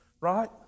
right